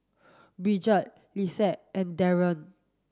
Brigette Lexie and Darrien